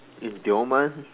in Tioman